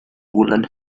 woolen